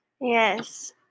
Yes